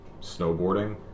snowboarding